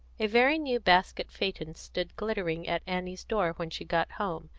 a very new basket phaeton stood glittering at annie's door when she got home,